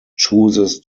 chooses